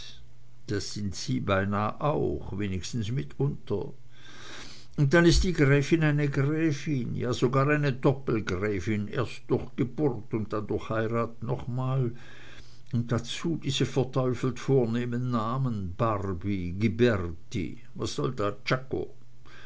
das sind sie beinah auch wenigstens mitunter und dann ist die gräfin eine gräfin ja sogar eine doppelgräfin erst durch geburt und dann durch heirat noch mal und dazu diese verteufelt vornehmen namen barby ghiberti was soll da czako